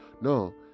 no